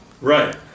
Right